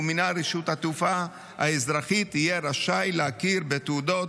ומינהל רשות התעופה האזרחית יהיה רשאי להכיר בתעודות